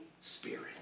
Spirit